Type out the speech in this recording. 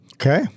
Okay